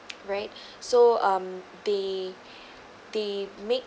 right so um they they make